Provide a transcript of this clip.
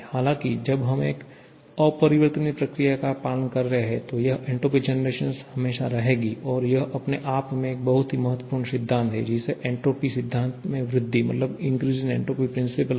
हालांकि जब हम एक अपरिवर्तनीय प्रक्रिया का पालन कर रहे हैं तो यह एन्ट्रापी जनरेशन हमेशा रहेगी और यह अपने आप में एक बहुत ही महत्वपूर्ण सिद्धांत है जिसे एंट्रोपी सिद्धांत में वृद्धि के रूप में जाना जाता है